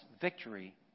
victory